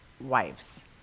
Wives